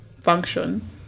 function